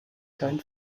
kein